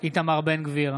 איתמר בן גביר,